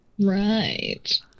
Right